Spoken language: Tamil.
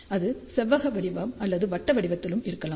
அது செவ்வக வடிவம் அல்லது வட்ட வடிவத்திலும் இருக்கலாம்